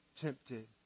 tempted